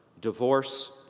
divorce